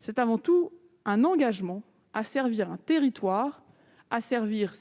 C'est avant tout un engagement à servir un territoire et